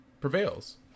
prevails